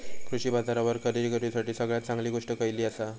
कृषी बाजारावर खरेदी करूसाठी सगळ्यात चांगली गोष्ट खैयली आसा?